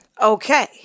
Okay